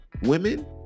women